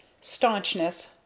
staunchness